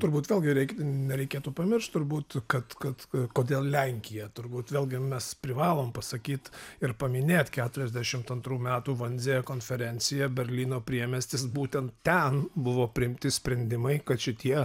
turbūt vėlgi reik nereikėtų pamiršt turbūt kad kad kodėl lenkija turbūt vėlgi mes privalom pasakyt ir paminėt keturiasdešimt antrų metų vanzė konferenciją berlyno priemiestis būtent ten buvo priimti sprendimai kad šitie